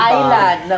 Island